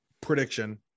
prediction